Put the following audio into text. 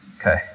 Okay